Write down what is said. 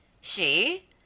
She